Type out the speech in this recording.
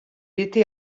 était